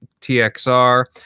txr